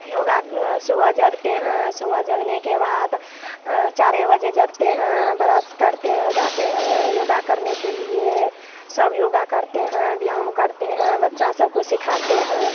योगा सुबह जगते हैं सुबह जगने के बाद चारे बजे जगते हैं बरस करते हैं जाते हैं योगा करने के लिए सब योगा करते हैं व्यायाम करते हैं बच्चा सबको सिखाते हैं